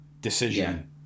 decision